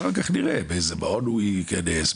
אחר כך נראה באיזה מעון הוא ייכנס,